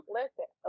Listen